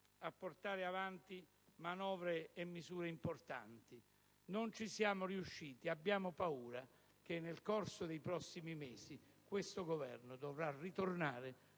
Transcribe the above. a portare avanti manovre e misure importanti; non ci siamo riusciti ed abbiamo paura che nel corso dei prossimi mesi questo Governo dovrà ritornare